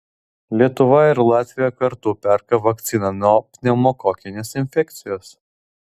lietuva ir latvija kartu perka vakciną nuo pneumokokinės infekcijos